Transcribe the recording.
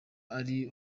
ari